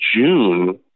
June